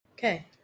Okay